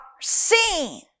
seen